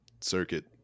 circuit